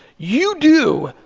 you do,